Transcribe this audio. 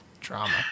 drama